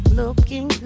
looking